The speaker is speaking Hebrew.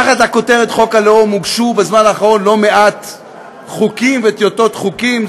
תחת הכותרת "חוק הלאום" הוגשו בזמן האחרון לא מעט חוקים וטיוטות חוקים.